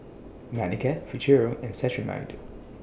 Manicare Futuro and Cetrimide